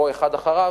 או בזה שאחריו,